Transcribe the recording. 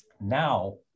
now